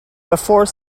before